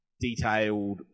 detailed